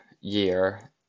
year